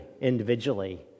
individually